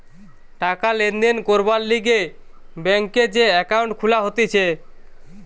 টাকা লেনদেন করবার লিগে ব্যাংকে যে একাউন্ট খুলা হতিছে